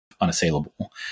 unassailable